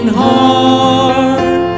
heart